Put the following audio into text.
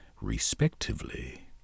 respectively